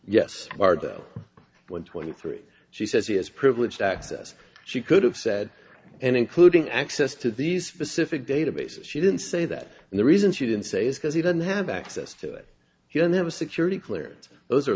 yes are the one twenty three she says he has privileged access she could have said and including access to these databases she didn't say that and the reason she didn't say is because he didn't have access to it he didn't have a security clearance those are